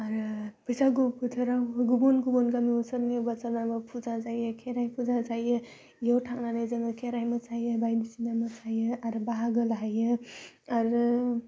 आरो बैसागु बोथोराव गुबुन गुबुन गामियाव सोरनिबा सोरनाबा फुजा जायो खेराइ फुजा जायो बेयाव थांनानै जोङो खेराइ मोसायो बायदिसिना मोसायो आरो बाहागो लाहैयो आरो